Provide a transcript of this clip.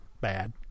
bad